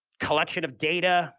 collection of data